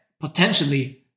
potentially